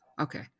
Okay